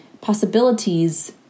possibilities